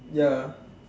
ya